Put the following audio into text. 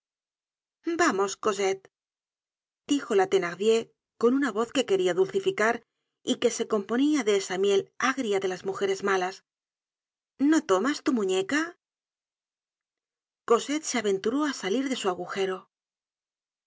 vamos cosette dijo la thenardier coniuna voz que querur dulcificar y que se componía de esa miel ágria dej las mujeres malas j no tomas tu muñeca r üii i cosette se aventuró á salir de su agujero